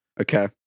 Okay